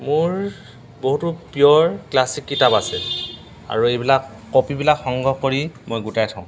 মোৰ বহুতো পিয়ৰ ক্লাছিক কিতাপ আছে আৰু এইবিলাক কপিবিলাক সংগ্ৰহ কৰি মই গোটাই থওঁ